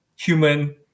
human